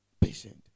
Patient